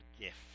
gift